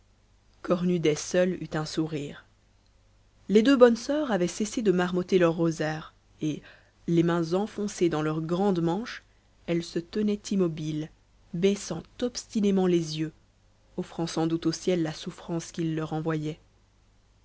cornudet seul eut un sourire les deux bonnes soeurs avaient cessé de marmotter leur rosaire et les mains enfoncées dans leurs grandes manches elles se tenaient immobiles baissant obstinément les yeux offrant sans doute au ciel la souffrance qu'il leur envoyait